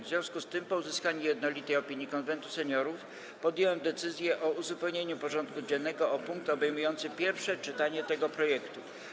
W związku z tym, po uzyskaniu jednolitej opinii Konwentu Seniorów, podjąłem decyzję o uzupełnieniu porządku dziennego o punkt obejmujący pierwsze czytanie tego projektu.